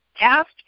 asked